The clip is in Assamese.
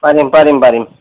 পাৰিম পাৰিম পাৰিম